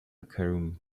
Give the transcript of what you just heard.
cairum